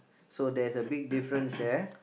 so there's a big difference there